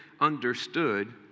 understood